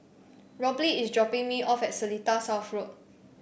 Robley is dropping me off at Seletar South Road